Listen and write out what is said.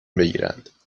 بگیرند